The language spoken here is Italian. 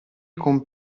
con